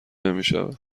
نمیشود